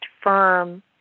firm